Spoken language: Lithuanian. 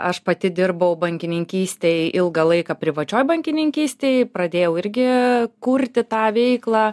aš pati dirbau bankininkystėj ilgą laiką privačioj bankininkystėj pradėjau irgi kurti tą veiklą